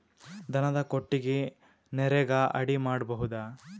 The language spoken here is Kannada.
ದನದ ಕೊಟ್ಟಿಗಿ ನರೆಗಾ ಅಡಿ ಮಾಡಬಹುದಾ?